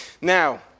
Now